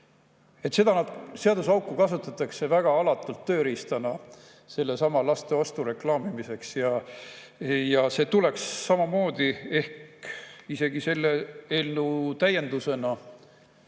Seda seaduseauku kasutatakse väga alatult tööriistana sellesama lasteostu reklaamimiseks. See tuleks samamoodi [lahendada], ehk isegi selle eelnõu täiendusena